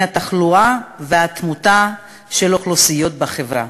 התחלואה והתמותה של אוכלוסיות בחברה.